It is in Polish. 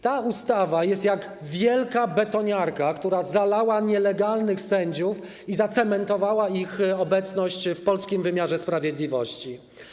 Ta ustawa jest jak wielka betoniarka, która zalała nielegalnych sędziów i zacementowała ich obecność w polskim wymiarze sprawiedliwości.